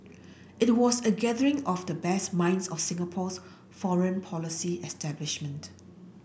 it was a gathering of the best minds of Singapore's foreign policy establishment